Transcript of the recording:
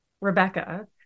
Rebecca